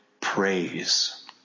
praise